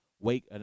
Wake